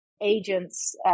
agents